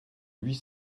huit